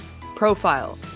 profile